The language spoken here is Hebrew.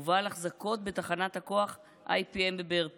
ובעל החזקות בתחנת הכוח IPM בבאר טוביה.